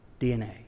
DNA